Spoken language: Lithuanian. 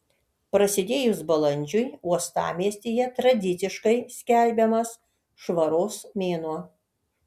prasidėjus balandžiui uostamiestyje tradiciškai skelbiamas švaros mėnuo